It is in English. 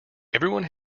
everyone